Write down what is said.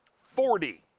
forty.